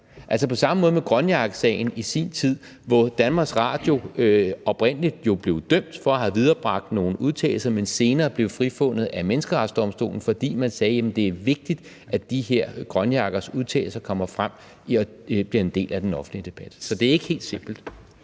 ham. På samme måde med grønjakkesagen i sin tid, hvor Danmarks Radio jo oprindelig blev dømt for at have viderebragt nogle udtalelser, men senere blev frifundet af Menneskerettighedsdomstolen, fordi man sagde: Jamen det er vigtigt, at de her grønjakkers udtalelser kommer frem og bliver en del af den offentlige debat. Så det er ikke helt simpelt.